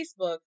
Facebook